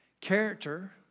character